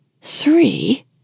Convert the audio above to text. Three